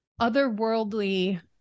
otherworldly